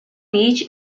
beach